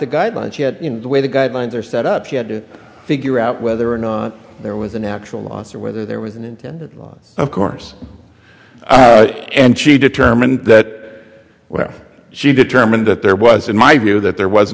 the guidelines yet the way the guidelines are set up she had to figure out whether or not there was an actual loss or whether there was and of course and she determined that where she determined that there was in my view that there was